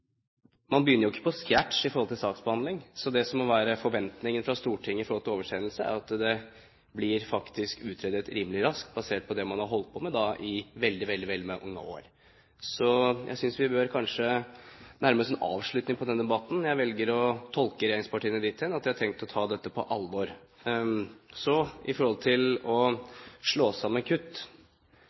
Man begynner ikke på scratch i saksbehandlingen. Det som må være forventningen fra Stortinget når det gjelder oversendelse, er at det faktisk blir utredet rimelig raskt basert på det man har holdt på med i veldig mange år. Jeg synes vi kanskje bør nærme oss en avslutning på denne debatten. Jeg velger å tolke regjeringspartiene dit hen at de har tenkt å ta dette på alvor. Så til å slå sammen kutt.